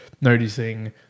noticing